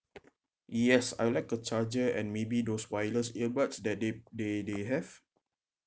yes I would like a charger and maybe those wireless earbuds that they they they have